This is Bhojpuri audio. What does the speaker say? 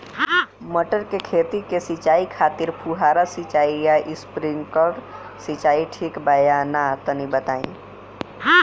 मटर के खेती के सिचाई खातिर फुहारा सिंचाई या स्प्रिंकलर सिंचाई ठीक बा या ना तनि बताई?